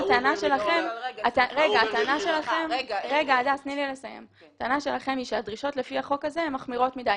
הטענה שלכם היא שהדרישות לפי החוק הזה הן מחמירות מדי.